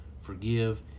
forgive